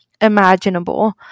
imaginable